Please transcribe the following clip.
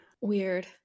Weird